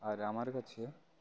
আর আমার কাছে